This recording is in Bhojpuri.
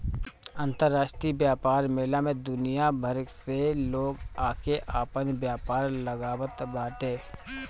अंतरराष्ट्रीय व्यापार मेला में दुनिया भर से लोग आके आपन व्यापार लगावत बाटे